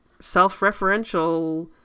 self-referential